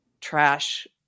trash